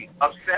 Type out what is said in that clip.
upset